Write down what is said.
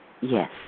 Yes